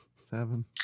seven